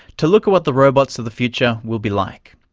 to look at what the robots of the future will be like.